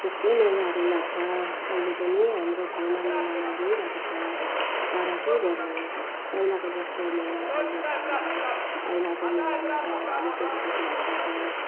थुप्रै मेलाहरू लाग्छ अहिले पनि हाम्रो ठाउँमा मेला लागिरहेको छ तर के गर्नु पहिलाको जस्तो मेला अहिले छैन पहिलाको मेलामा त हामी केटाकेटी हुँदा त